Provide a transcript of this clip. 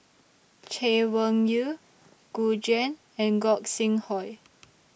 Chay Weng Yew Gu Juan and Gog Sing Hooi